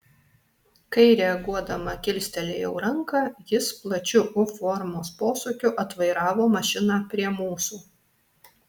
kai reaguodama kilstelėjau ranką jis plačiu u formos posūkiu atvairavo mašiną prie mūsų